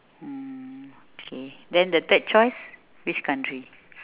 mm okay then the third choice which country